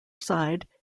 side